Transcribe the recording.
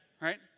right